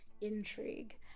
intrigue